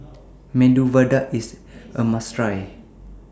Medu Vada IS A must Try